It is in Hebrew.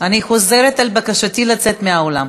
אני חוזרת על בקשתי לצאת מהאולם.